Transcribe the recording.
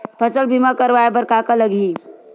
फसल बीमा करवाय बर का का लगही?